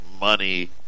money